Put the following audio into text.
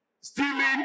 stealing